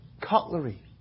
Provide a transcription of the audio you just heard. cutlery